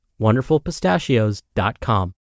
WonderfulPistachios.com